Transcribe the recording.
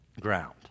ground